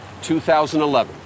2011